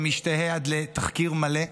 ומשתהה עד לתחקיר מלא.